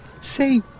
Say